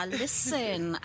listen